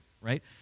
right